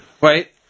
Wait